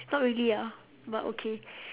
not really ah but okay